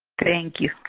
thank you.